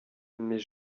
mais